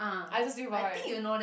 I also see for eh